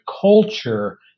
culture